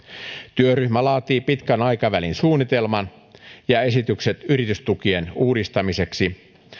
työryhmä laatii pitkän aikavälin suunnitelman ja esitykset yritystukien uudistamiseksi